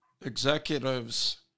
executives